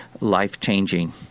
life-changing